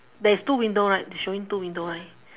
there is two window right showing two window right